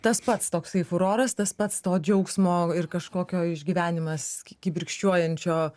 tas pats toksai furoras tas pats to džiaugsmo ir kažkokio išgyvenimas kibirkščiuojančio